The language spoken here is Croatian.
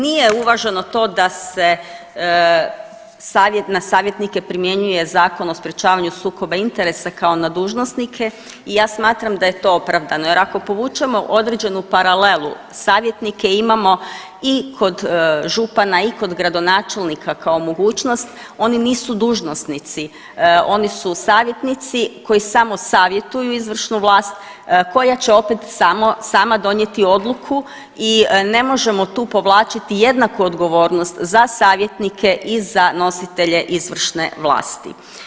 Nije uvaženo to da se na savjetnike primjenjuje Zakon o sprječavanju sukoba interesa kao na dužnosnike i ja smatram da je to opravdano jer ako povučemo određenu paralelu savjetnike imamo i kod župana i kod gradonačelnika kao mogućnost oni nisu dužnosnici, oni su savjetnici koji samo savjetuju izvršnu vlast koja će opet samo sama donijeti odluku i ne možemo tu povlačiti jednaku odgovornost za savjetnike i za nositelje izvršne vlasti.